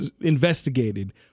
investigated